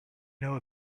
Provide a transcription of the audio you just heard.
know